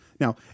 Now